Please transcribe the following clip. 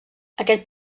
aquest